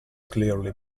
clearly